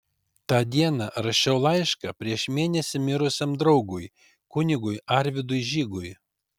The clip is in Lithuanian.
tą dieną rašiau laišką prieš mėnesį mirusiam draugui kunigui arvydui žygui